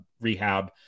rehab